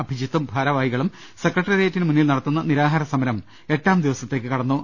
അഭിജിത്തും ഭാരവാഹികളും സെക്രട്ടേറിയറ്റിന് മുന്നിൽ നടത്തുന്ന നിരാഹാരസമരം എട്ടാം ദിവസത്തേക്ക് കടന്നു